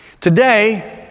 Today